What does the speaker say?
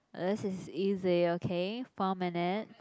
this is easy okay four minute